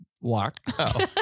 walk